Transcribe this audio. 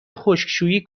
خشکشویی